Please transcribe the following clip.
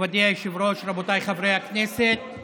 מכובדי היושב-ראש, רבותיי חברי הכנסת,